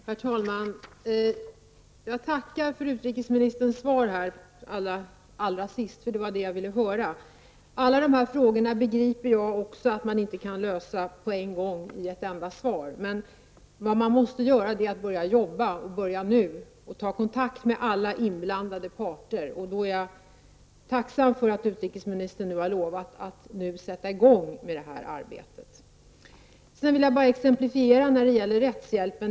Herr talman! Jag tackar för vad utrikesministern allra sist sade. Det var nämligen det jag ville höra. Också jag begriper att man inte kan lösa alla dessa frågor på en gång med ett enda svar. Men det är nödvändigt att börja jobba och att börja nu med att ta kontakt med alla inblandade parter. Jag är tacksam för att utrikesministern har lovat att nu sätta i gång med detta arbete. Jag vill också exemplifiera vad jag sade om rättshjälpen.